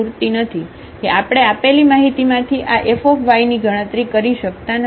તેથી આપણે આપેલ માહિતીમાંથી આ F ની ગણતરી કરી શકતા નથી